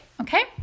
okay